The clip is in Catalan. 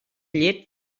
llet